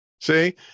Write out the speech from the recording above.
See